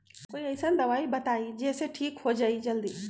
कोई अईसन दवाई बताई जे से ठीक हो जई जल्दी?